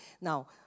Now